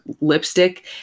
lipstick